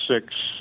six